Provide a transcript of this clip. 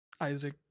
Isaac